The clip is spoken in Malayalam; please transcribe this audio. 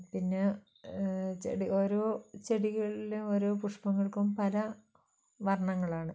പിന്നാ ചെടി ഓരോ ചെടികളിലും ഓരോ പുഷ്പങ്ങൾക്കും പല വർണ്ണങ്ങളാണ്